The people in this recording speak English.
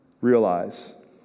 realize